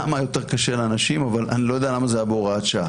אני לא יודע למה זה היה בהוראת שעה.